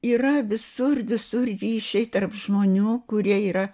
yra visur visur ryšiai tarp žmonių kurie yra